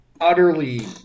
utterly